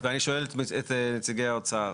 אני שואל את נציגי האוצר.